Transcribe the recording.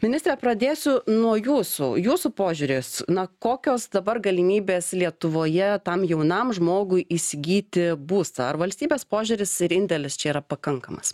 ministre pradėsiu nuo jūsų jūsų požiūris na kokios dabar galimybės lietuvoje tam jaunam žmogui įsigyti būstą ar valstybės požiūris ir indėlis čia yra pakankamas